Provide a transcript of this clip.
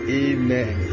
amen